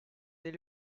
des